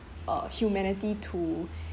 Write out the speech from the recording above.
uh humanity to